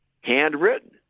handwritten